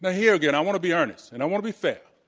ah here again, i want to be honest and i want to be fair.